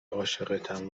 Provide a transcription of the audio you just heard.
عاشقتم